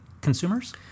consumers